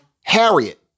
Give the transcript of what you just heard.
Harriet